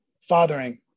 fathering